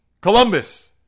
Columbus